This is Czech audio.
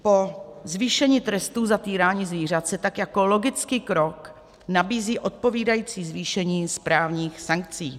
Po zvýšení trestu za týrání zvířat se tak jako logický krok nabízí odpovídající zvýšení správních sankcí.